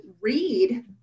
read